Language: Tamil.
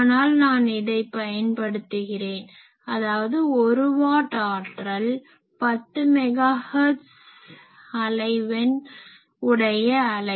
ஆனால் நான் இதை பயன்படுத்துகிறேன் அதாவது 1 வாட் ஆற்றல் 10 மெகா ஹெர்ட்ஸ் அலைவெண் உடைய அலை